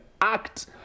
act